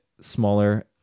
smaller